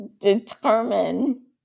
determine